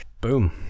boom